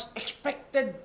expected